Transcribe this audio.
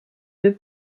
deux